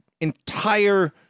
entire